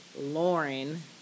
Lauren